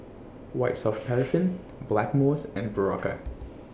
White Soft Paraffin Blackmores and Berocca